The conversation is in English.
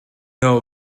know